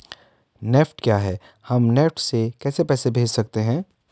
NEFT क्या है हम एन.ई.एफ.टी से कैसे पैसे भेज सकते हैं?